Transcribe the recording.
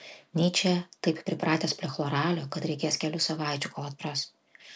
nyčė taip pripratęs prie chloralio kad reikės kelių savaičių kol atpras